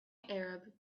arab